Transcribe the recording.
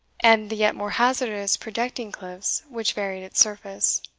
and the yet more hazardous projecting cliffs which varied its surface.